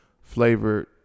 flavored